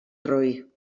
roí